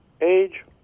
age